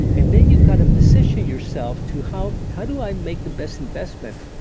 and then you've got to position yourself to how how do i make the best investment?